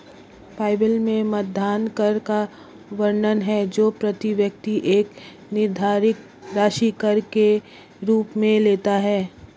Bible में मतदान कर का वर्णन है जो प्रति व्यक्ति एक निर्धारित राशि कर के रूप में लेता है